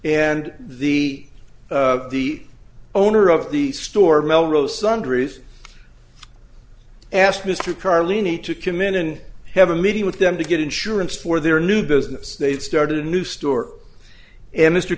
and the the owner of the store melrose sundries asked mr carley need to commit and have a meeting with them to get insurance for their new business they'd started a new store and mr